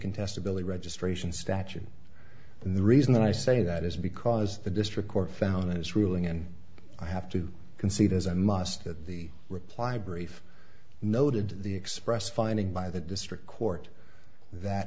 contestability registration statute and the reason i say that is because the district court found its ruling and i have to concede as i must that the reply brief noted the express finding by the district court that